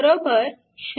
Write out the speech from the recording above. बरोबर 0